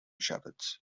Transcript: shepherds